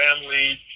family